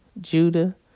Judah